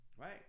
right